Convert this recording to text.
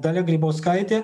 dalia grybauskaitė